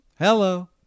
Hello